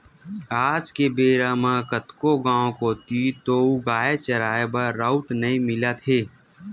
आज के बेरा म कतको गाँव कोती तोउगाय चराए बर राउत नइ मिलत हे